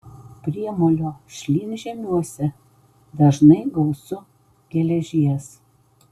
priemolio šlynžemiuose dažnai gausu geležies